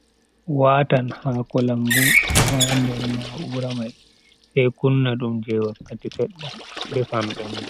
Watan haako lambu ha nder na'ura mai sai kunna dum je wakkati sedda defan benda.